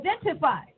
identify